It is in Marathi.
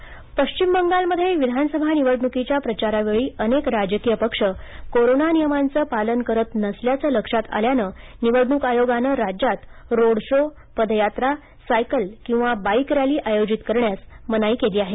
निवडणक आयोग सचना पश्विम बंगालमध्ये विधानसभा निवडणुकीच्या प्रचारावेळी अनेक राजकीय पक्ष कोरोना नियमांच पालन करत नसल्याचं लक्षात आल्यानं निवडणूक आयोगानं राज्यात रोड शो पदयात्रा सायकल किंवा बाईक रॅली आयोजित करण्यास मनाई केली आहे